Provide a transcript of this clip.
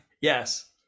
yes